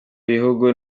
ibihugu